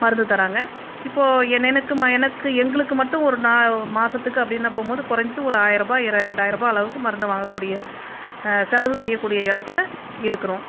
மருந்து தராங்க இப்போது எனக்கு எனக்கு எங்களுக்கு மட்டும் ஒரு மாதத்துக்கு அப்படின்னா போகும்போது குறைஞ்சது ஆயிரம் ரூபாய் ரெண்டாயிரம் ரூபாய் அளவுக்கு மருந்து வாங்க செலவு செய்ய கூடிய இடத்தில் இருக்கிறோம்